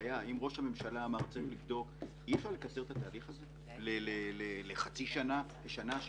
לקצר את התהליך הזה לחצי שנה או לשנה?